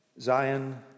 Zion